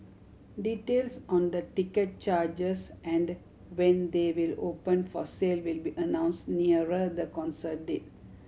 details on the ticket charges and when they will open for sale will be announce nearer the concert date